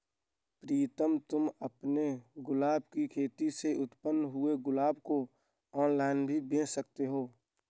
प्रीतम तुम अपने गुलाब की खेती से उत्पन्न हुए गुलाब को ऑनलाइन भी बेंच सकते हो